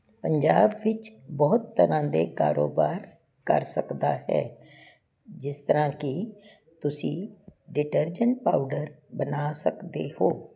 ਪੰਜਾਬ ਵਿੱਚ ਬਹੁਤ ਤਰ੍ਹਾਂ ਦੇ ਕਾਰੋਬਾਰ ਕਰ ਸਕਦਾ ਹੈ ਜਿਸ ਤਰ੍ਹਾਂ ਕਿ ਤੁਸੀਂ ਡਿਟਰਜਨ ਪਾਊਡਰ ਬਣਾ ਸਕਦੇ ਹੋ